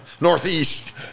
northeast